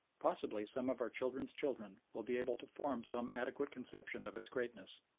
possibly some of our children's children will be able to form some adequate conception of its greatness.